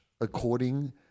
according